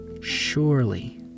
Surely